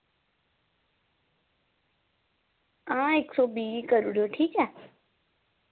हां इक सौ बीह् करूड़ेओ ठीक ऐ